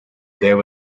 there